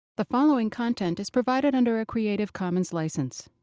the following content is provided under a creative commons license.